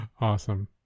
Awesome